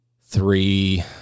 three